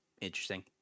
Interesting